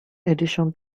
addition